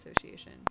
Association